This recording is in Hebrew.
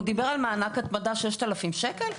הוא דיבר על מענק התמדה 6,000 שקל?